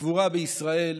לקבורה בישראל,